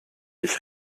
ich